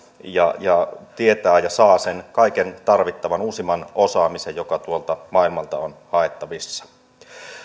ja ja tietää ja saa sen kaiken tarvittavan uusimman osaamisen joka tuolta maailmalta on haettavissa